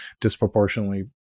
disproportionately